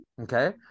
Okay